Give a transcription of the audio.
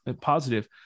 positive